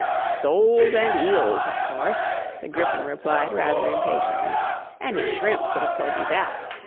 soles and eels, of course the gryphon replied rather impatiently any shrimp could have told you that